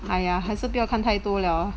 哎呀还是不要看太多了